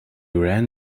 ran